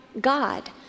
God